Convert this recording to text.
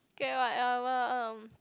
get what uh